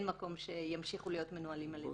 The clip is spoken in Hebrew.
נכון שהם ימשיכו להיות מנוהלים על ידם.